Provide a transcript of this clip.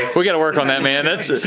we got to work on that, man.